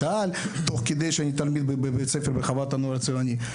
העל תוך כדי שאני תלמיד בבית ספר בחוות הנוער הציוני.